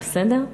בסדר?